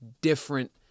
different